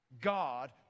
God